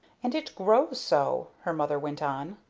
and it grows so, her mother went on.